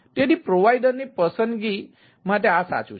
તેથી પ્રોવાઇડરની પસંદગી માટે આ સાચું છે